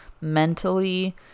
mentally